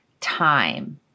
time